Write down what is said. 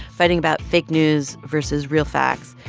fighting about fake news versus real facts.